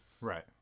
Right